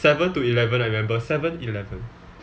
seven to eleven I remember seven eleven